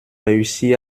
réussi